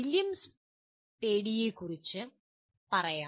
William സ്പേഡിയെക്കുറിച്ച് കുറച്ച് പറയാം